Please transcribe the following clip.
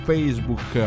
Facebook